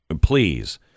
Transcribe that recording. please